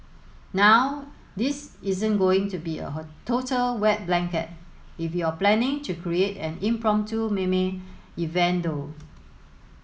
now this isn't going to be a total wet blanket if you're planning to create an impromptu meme event though